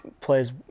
plays